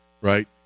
right